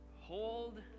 Hold